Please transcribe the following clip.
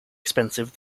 expensive